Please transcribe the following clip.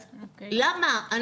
אז למה?